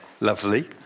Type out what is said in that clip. lovely